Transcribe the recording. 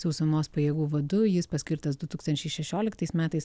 sausumos pajėgų vadu jis paskirtas du tūkstančiai šešioliktais metais